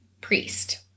Priest